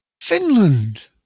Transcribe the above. Finland